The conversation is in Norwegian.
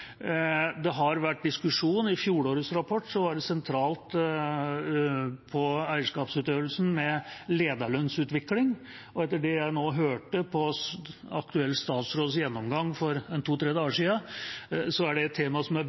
Det har vært diskusjon – i fjorårets rapport var det sentralt på eierskapsutøvelsen med lederlønnsutvikling. Og etter det jeg nå hørte på aktuell statsråds gjennomgang for to-tre dager siden, er det et tema som det er